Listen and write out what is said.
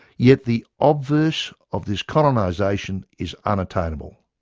yet the obverse of this colonisation is unattainable.